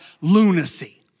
lunacy